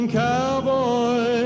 cowboy